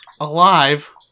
alive